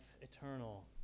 eternal